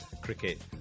cricket